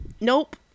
Nope